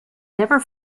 never